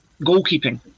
goalkeeping